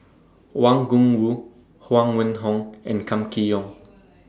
Wang Gungwu Huang Wenhong and Kam Kee Yong